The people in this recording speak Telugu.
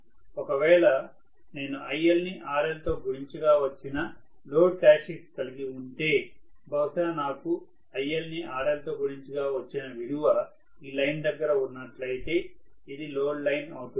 ఒకవేళ నేను IL ని RL తో గుణించగా వచ్చిన లోడ్ క్యారెక్టర్స్టిక్స్ కలిగి ఉంటే బహుశా నాకు IL ని RL తో గుణించగా వచ్చిన విలువ ఈ లైన్ దగ్గర ఉన్నట్లు అయితే ఇది లోడ్ లైన్ అవుతుంది